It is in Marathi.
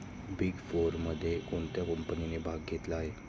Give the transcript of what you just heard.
बिग फोरमध्ये कोणत्या कंपन्यांनी भाग घेतला आहे?